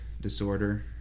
disorder